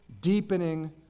deepening